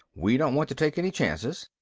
we don't want to take any chances.